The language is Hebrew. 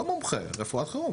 מה שלא שם, להוסיף.